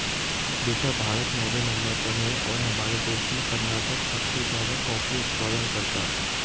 बेटा भारत नौवें नंबर पर है और हमारे देश में कर्नाटक सबसे ज्यादा कॉफी उत्पादन करता है